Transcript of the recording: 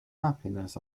happiness